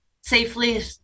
safely